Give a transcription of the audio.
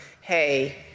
hey